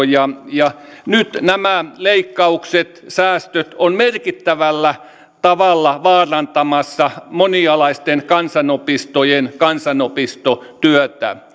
ja ja nyt nämä leikkaukset säästöt ovat merkittävällä tavalla vaarantamassa monialaisten kansanopistojen kansanopistotyötä